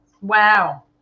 Wow